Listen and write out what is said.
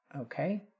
Okay